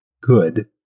good